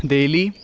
Delhi